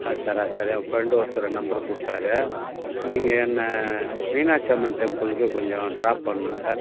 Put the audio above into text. ஆ sir ஆ sir ஏன் friend ஒருத்தர் நம்பரு கொடுத்தாரு நீங்கள் என்ன மீனாட்சியம்மன் டெம்புளுக்கு கொஞ்சம் ட்ராப் பண்ணும் சார்